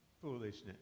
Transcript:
foolishness